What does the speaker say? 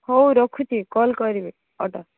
ହଉ ରଖୁଛି କଲ୍ କରିବି ଅର୍ଡର୍